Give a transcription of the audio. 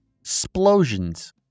explosions